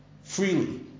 freely